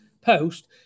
post